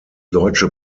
deutsche